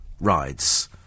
rides